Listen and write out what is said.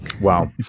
Wow